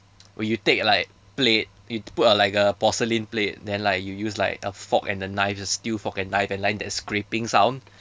you take like plate you put a like a porcelain plate then like you use like a fork and a knife a steel fork and knife and land that scraping sound